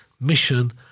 mission